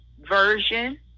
Version